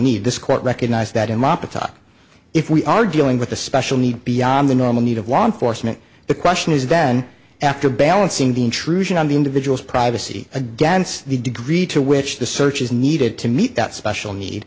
need this court recognized that in moptop if we are dealing with the special needs beyond the normal need of law enforcement the question is then after balancing the intrusion on the individual's privacy advance the degree to which the search is needed to meet that special need